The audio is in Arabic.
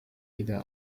إذا